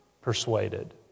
persuaded